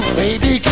baby